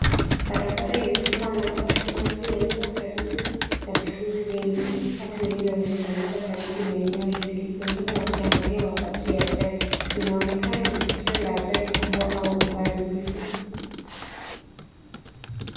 Barabara imefungwa na mabasi mawili yaliokaribu na vifuzi vingi, watu wengi wamekusanyika karibu na eneo hili, wengine wakiangalia mabaki ya ajali. Inaonekana ni tukio la ajali kubwa au uharibifu.